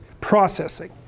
processing